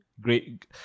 Great